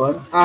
आहे